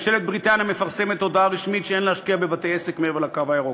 ממשלת בריטניה מפרסמת הודעה רשמית שאין להשקיע בבתי-עסק מעבר לקו הירוק.